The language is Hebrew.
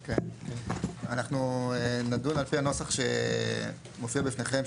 אנחנו נדון על פי הנוסח שמופיע בפניכם,